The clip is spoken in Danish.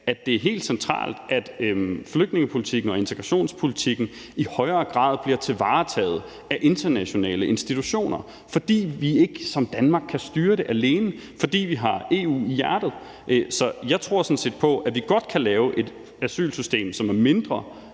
at det er helt centralt, at flygtningepolitikken og integrationspolitikken i højere grad bliver varetaget af internationale institutioner, fordi vi i Danmark ikke kan styre det alene, og fordi vi har EU i hjertet. Så jeg tror sådan set på, at vi godt kan lave et asylsystem, som er mindre